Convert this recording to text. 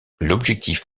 l’objectif